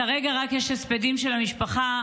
כרגע יש רק הספדים של המשפחה,